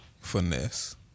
Finesse